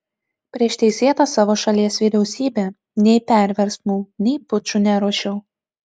prieš teisėtą savo šalies vyriausybę nei perversmų nei pučų neruošiau